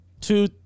two